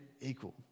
equal